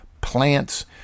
plants